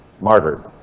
martyred